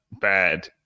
bad